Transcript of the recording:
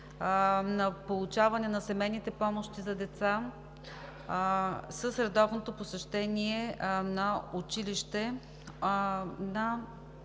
на получаване на семейните помощи за деца с редовното посещение на училище на